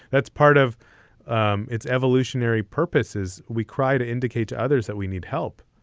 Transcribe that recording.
that's part of um its evolutionary purposes. we cry to indicate to others that we need help.